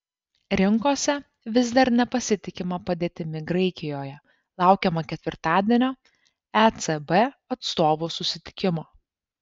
rinkose vis dar nepasitikima padėtimi graikijoje laukiama ketvirtadienio ecb atstovų susitikimo